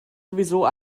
sowieso